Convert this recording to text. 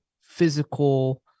physical